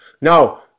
Now